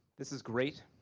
this is great,